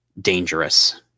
dangerous